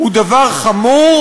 הוא דבר חמור,